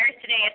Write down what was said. today